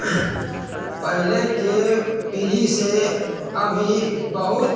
पहिलेके पीढ़ीसँ अभी बहुत